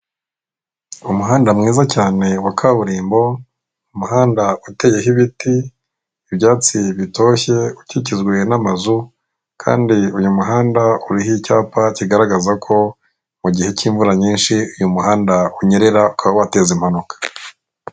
Umuhanda mwiza cyane wa kaburimbo, umuhanda uteyeho ibiti, ibyatsi bitoshye, ukikijwe n'amazu Kandi uyu muhandi uriho icyapa kigaragaza ko mu igihe k'imvura nyinshi unyerera ukaba wateza impanuka.